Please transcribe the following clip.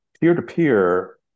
Peer-to-peer